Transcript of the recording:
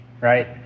right